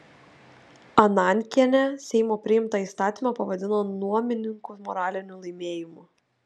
anankienė seimo priimtą įstatymą pavadino nuomininkų moraliniu laimėjimu